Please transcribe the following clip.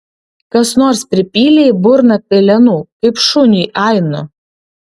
kas nors pripylė į burną pelenų kaip šuniui ainu